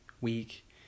week